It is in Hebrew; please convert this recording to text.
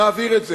מעביר את זה.